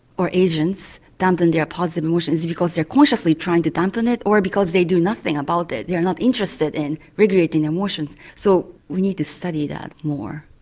or asians, dampen their positive emotions is it because they're consciously trying to dampen it, or because they do nothing about it? they're not interested in regulating emotions? so we need to study that more.